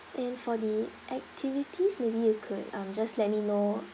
and for the activities maybe you could um just let me know